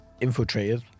infiltrated